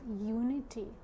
unity